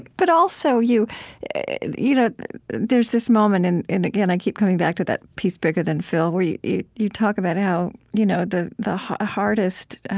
but also, you you know there's this moment, and and again, i keep coming back to that piece, bigger than phil, where you you talk about how you know the the hardest